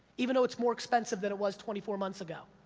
even though it's more expensive than it was twenty four months ago,